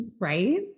right